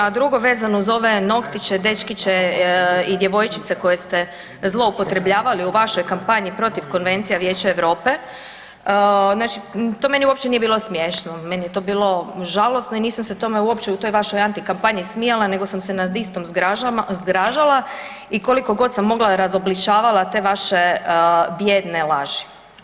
A drugo vezano za ove noktiće, dečkiće i djevojčice koje ste zloupotrebljavali u vašoj kampanji protiv Konvencije Vijeća Europe, znači to meni uopće nije bilo smiješno, meni je to bilo žalosno i nisam se tome uopće u toj vašoj antikampanji smijala nego sam se nad istom zgražala i koliko god sam mogla, razobličavala te vaše bijedne laži.